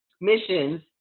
missions